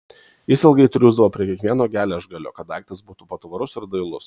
jis ilgai triūsdavo prie kiekvieno geležgalio kad daiktas būtų patvarus ir dailus